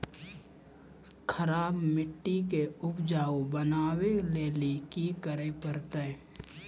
खराब मिट्टी के उपजाऊ बनावे लेली की करे परतै?